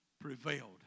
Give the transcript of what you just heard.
prevailed